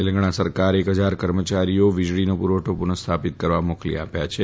તેલંગણા સરકારે એક હજાર કર્મચારીઓ વીજળી પુનઃ સ્થાપિત કરવા મોકલી આપ્યા છે